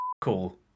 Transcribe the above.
cool